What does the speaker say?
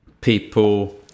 people